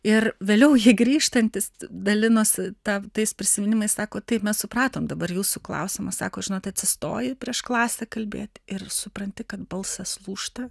ir vėliau ji grįžtantis dalinos ta tais prisiminimais sako taip mes supratom dabar jūsų klausimą sako žinot atsistoji prieš klasę kalbėti ir supranti kad balsas lūžta